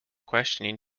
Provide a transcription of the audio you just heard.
questioning